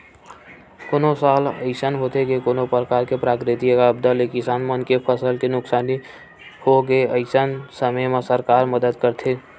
कोनो साल अइसन होथे के कोनो परकार ले प्राकृतिक आपदा ले किसान मन के फसल के नुकसानी होगे अइसन समे म सरकार मदद करथे